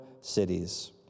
cities